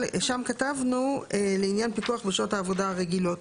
אבל שם כתבנו לעניין פיקוח בשעות העבודה הרגילות.